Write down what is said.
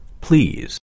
please